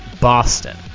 Boston